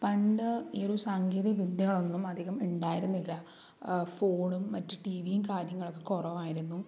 പണ്ട് ഈ ഒരു സാങ്കേതികവിദ്യകൾ ഒന്നും അധികം ഉണ്ടായിരുന്നില്ല ഫോണും മറ്റു ടി വിയും കാര്യങ്ങളൊക്കെ കുറവായിരുന്നു